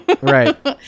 right